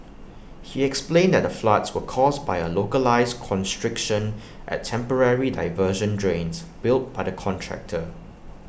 he explained that the floods were caused by A localised constriction at temporary diversion drains built by the contractor